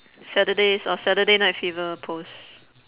saturday's or saturday night fever pose